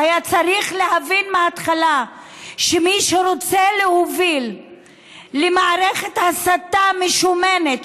היה צריך להבין מההתחלה שמי שרוצה להוביל למערכת ההסתה המשומנת,